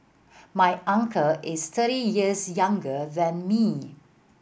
my uncle is thirty years younger than me